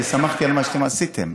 אני סמכתי על מה שאתם עשיתם.